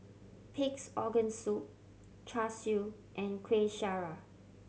Pig's Organ Soup Char Siu and Kueh Syara